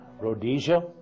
Rhodesia